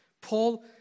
Paul